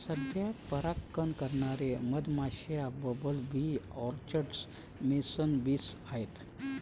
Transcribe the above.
सध्या परागकण करणारे मधमाश्या, bumble bee, orchard mason bees आहेत